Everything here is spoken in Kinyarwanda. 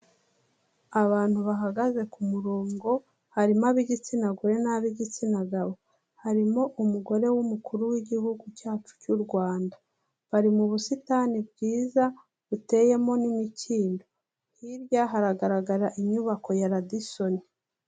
Abantu bahagaze ku murongo, harimo ab'igitsina gore n'ab'igitsina gabo, harimo umugore w'umukuru w'igihugu cyacu cy'u Rwanda, bari mu busitani bwiza buteyemo n'imikindo, hirya haragaragara inyubako ya Radison.